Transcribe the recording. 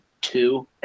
two